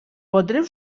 podreu